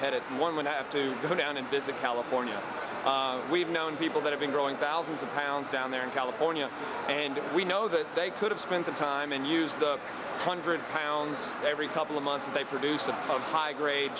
headed one would have to go down and visit california we've known people that have been growing thousands of pounds down there in california and we know that they could have spent the time and used a hundred pounds every couple of months they produce a high grade